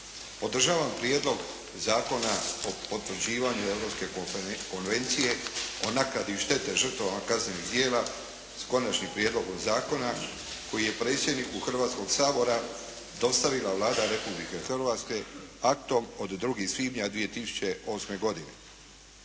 Podržavam Prijedlog zakona o potvrđivanju Europske konvencije o naknadi štete žrtvama kaznenih djela, s Konačnim prijedlogom zakona koji je predsjedniku Hrvatskoga sabora dostavila Vlada Republike Hrvatske aktom od 2. svibnja 2008. godine.